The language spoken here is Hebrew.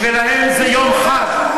בשבילם זה יום חג.